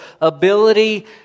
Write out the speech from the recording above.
ability